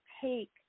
take